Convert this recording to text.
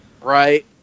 Right